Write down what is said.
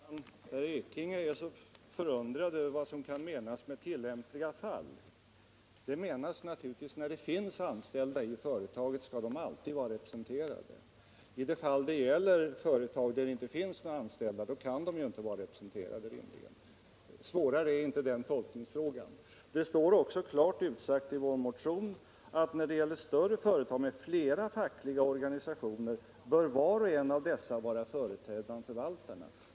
Herr talman! Herr Ekinge är förundrad över vad som kan menas med ”i tillämpliga fall”. Det menas naturligtvis att när det finns anställda i företagen, så skall de alltid vara representerade. I företag där det inte finns några anställda kan de ju inte vara representerade, herr Ekinge. Svårare är inte den tolkningsfrågan. Det står också klart utsagt i vår motion att när det gäller större företag med flera fackliga organisationer bör var och en av dessa vara företrädd bland förvaltarna.